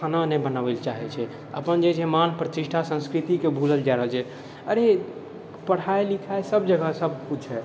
खाना नहि बनाबैलए चाहै छै अपन जे छै मान प्रतिष्ठा संस्कृतिके भुलल जा रहल छै अरे पढ़ाइ लिखाइसब जगह सबकिछु हइ